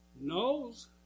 knows